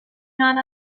not